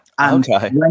Okay